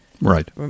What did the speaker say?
Right